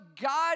God